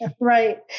Right